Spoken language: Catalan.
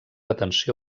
atenció